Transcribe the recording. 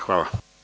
Hvala.